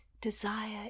Desire